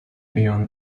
beyond